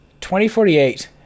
2048